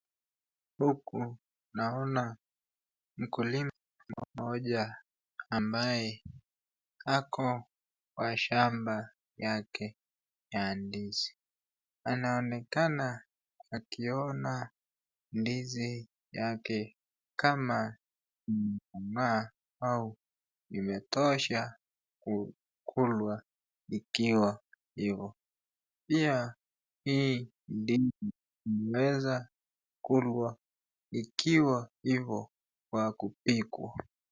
Huku naona mkulima mmoja ambaye ako kwa shamba yake ya ndizi, anaonekana akiona ndizi yake kama imekomaa au imetosha kukulwa ikiwa hivyo, pia hii ndizi inaweza kulwa ikiwa hivyo kwa kupikwa.